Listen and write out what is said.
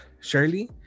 Shirley